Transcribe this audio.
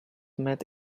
met